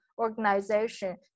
organization